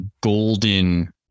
golden